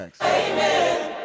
amen